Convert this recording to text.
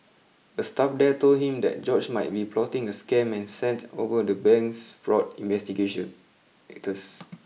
a staff there told him that George might be plotting a scam and sent over the bank's fraud investigation gators